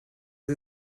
sie